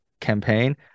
campaign